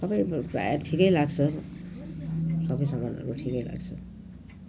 सबै मलाई प्रायः ठिकै लाग्छ सबै सामानहरू ठिकै लाग्छ